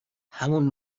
همون